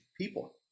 people